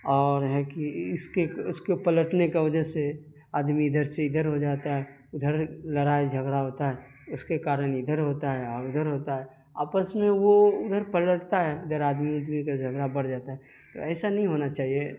اور ہے کہ اس کے اس کو پلٹنے کا وجہ سے آدمی ادھر سے ادھر ہو جاتا ہے ادھر لڑائی جھگڑا ہوتا ہے اس کے کارن ادھر ہوتا ہے اور ادھر ہوتا ہے آپس میں وہ ادھر پلٹتا ہے ادھر آدمی اودمی کا جھگرا بڑھ جاتا ہے تو ایسا نہیں ہونا چاہیے